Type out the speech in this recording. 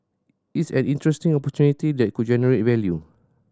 it's an interesting opportunity that could generate value